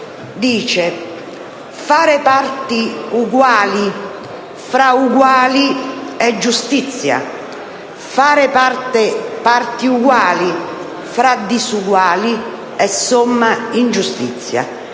che fare parti uguali tra uguali è giustizia, fare parti uguali tra disuguali è somma ingiustizia.